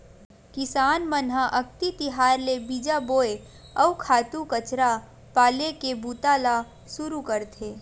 किसान मन ह अक्ति तिहार ले बीजा बोए, अउ खातू कचरा पाले के बूता ल सुरू करथे